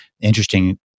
Interesting